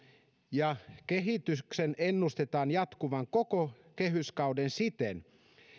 ja kehityksen ennustetaan jatkuvan koko kehyskauden siten